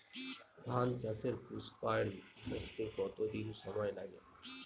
ধান চাষে পুস্পায়ন ঘটতে কতো দিন সময় লাগে?